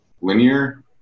linear